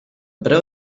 preu